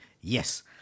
Yes